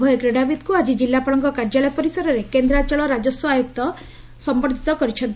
ଉଭୟ କ୍ରୀଡ଼ାବୀତଙ୍କୁ ଆକି ଜିଲ୍ଲାପାଳଙ୍କ କାର୍ଯ୍ୟାଳୟ ପରିସରରେ କେନ୍ଦ୍ରାଞଳ ରାଜସ୍ୱ ଆୟୁକ୍ତ ସମ୍ମର୍ବିତ କରିଛନ୍ତି